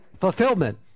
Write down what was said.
fulfillment